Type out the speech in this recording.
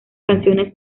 canciones